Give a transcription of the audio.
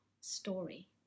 story